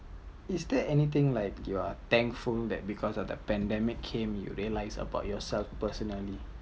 is there anything like you are thankful that because of the pandemic came you realised about yourself personally